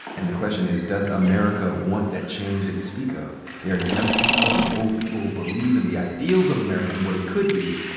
and the question is, does america want that change that you speak of? there are young people and old people who believe in the ideals of america and what it could be,